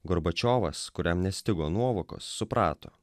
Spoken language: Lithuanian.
gorbačiovas kuriam nestigo nuovokos suprato